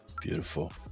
beautiful